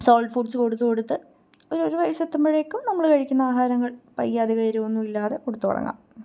solid foods കൊടുത്ത് കൊടുത്ത് ഒര് ഒരു വയസ്സെത്തുമ്പോഴേക്കും നമ്മൾ കഴിക്കുന്ന ആഹാരങ്ങൾ പയ്യെ അധികം എരിവൊന്നുമില്ലാതെ കൊടുത്ത് തുടങ്ങാം